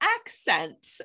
accent